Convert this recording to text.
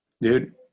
Dude